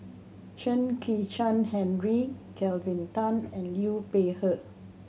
Chen Kezhan Henri Kelvin Tan and Liu Peihe